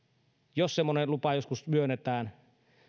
jos semmoinen lupa joskus myönnetään